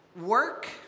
Work